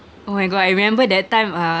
oh my god I remember that time uh